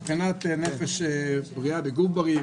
בבחינת נפש בריאה בגוף בריא.